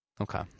Okay